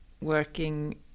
working